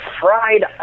fried